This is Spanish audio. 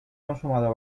consumado